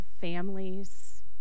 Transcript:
families